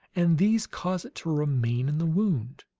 and these cause it to remain in the wound.